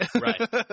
Right